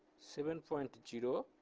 seven point zero,